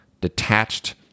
detached